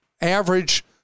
average